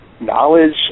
knowledge